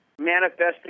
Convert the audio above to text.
manifesting